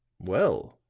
well,